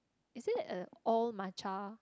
is it a all matcha